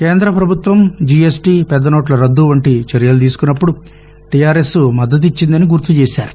కేంద పభుత్వం జీఎస్టీ పెద్ద నోట్ల రద్దు వంటి చర్యలు తీసుకున్నప్పుడు టీఆర్ఎస్ మద్దతు ఇచ్చిందని గుర్తు చేశారు